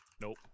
nope